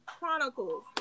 Chronicles